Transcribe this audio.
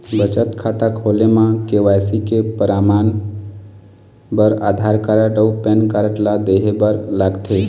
बचत खाता खोले म के.वाइ.सी के परमाण बर आधार कार्ड अउ पैन कार्ड ला देहे बर लागथे